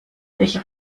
welche